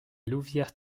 louvière